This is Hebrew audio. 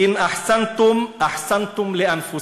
(אומר דברים בערבית